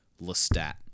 Lestat